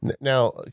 Now